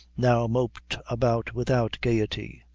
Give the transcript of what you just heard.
now moped about without gayety,